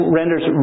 renders